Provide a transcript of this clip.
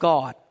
God